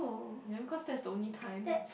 never cause that's the only time